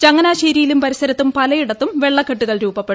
ചങ്ങനാശ്ശേരിയിലും പരിസരത്തും പലയിടത്തും വെളളക്കെട്ടുകൾ രൂപപ്പെട്ടു